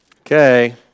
Okay